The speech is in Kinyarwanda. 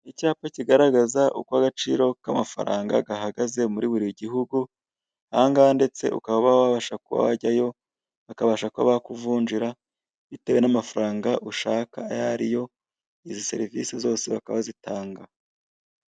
Icyapa kigaragaza uko agaciro k'amafaranga gahagaze muri buri gihugu, ahangaha ndetse ukaba uba wabasha kuba wajyayo bakabasha kuba bakuvunjira bitewe n'amafaranga ushaka ayo ari yo izi serivise zose bakaba bazitanga.